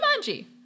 Jumanji